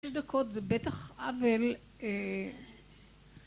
שש דקות זה בטח עוול...